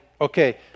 okay